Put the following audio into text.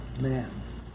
man's